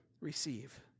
receive